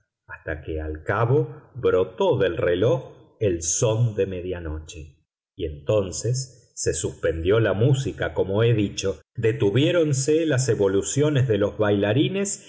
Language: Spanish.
hasta que al cabo brotó del reloj el son de media noche y entonces se suspendió la música como he dicho detuviéronse las evoluciones de los bailarines